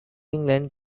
england